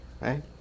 Right